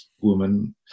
woman